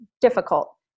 difficult